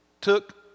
took